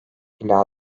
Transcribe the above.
ila